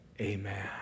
Amen